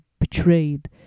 betrayed